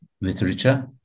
literature